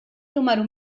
número